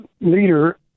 leader